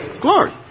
Glory